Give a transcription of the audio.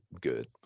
good